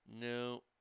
No